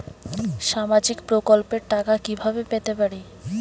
সামাজিক প্রকল্পের টাকা কিভাবে পেতে পারি?